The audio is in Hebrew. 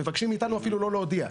מבקשים מאיתנו אפילו לא להודיע.